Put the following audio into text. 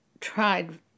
tried